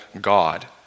God